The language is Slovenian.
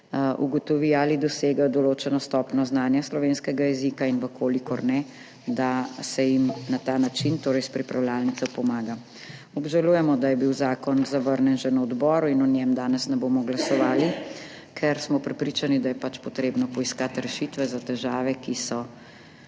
ugotovi, ali dosegajo določeno stopnjo znanja slovenskega jezika. Če je ne, se jim pomaga na ta način, torej s pripravljalnico. Obžalujemo, da je bil zakon zavrnjen že na odboru in o njem danes ne bomo glasovali, ker smo prepričani, da je pač treba poiskati rešitve za težave, ki se